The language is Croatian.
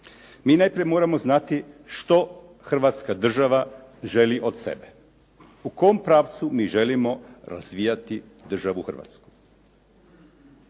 Mi najprije moramo znati što Hrvatska država želi od sebe, u kom pravcu mi želimo razvijati državu Hrvatsku,